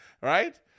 Right